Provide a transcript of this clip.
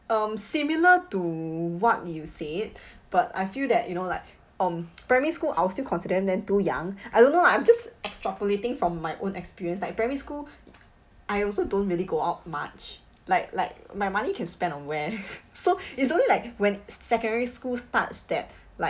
um similar to what you said but I feel that you know like um primary school I'll still consider them then too young I don't know lah I'm just extrapolating from my own experience like primary school I also don't really go out much like like my money can spend on where so it's only like when secondary school starts that like